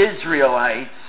Israelites